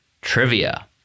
Trivia